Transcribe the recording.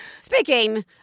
Speaking